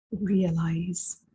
realize